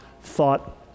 thought